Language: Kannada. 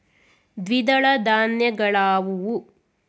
ದ್ವಿದಳ ಧಾನ್ಯಗಳಾವುವು?